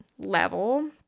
Level